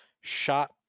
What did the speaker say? shot